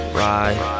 ride